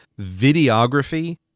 videography